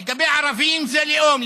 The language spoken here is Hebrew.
לגבי ערבים זה לאום,